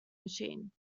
machine